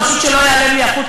פשוט שלא ייעלם לי החוט,